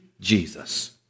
Jesus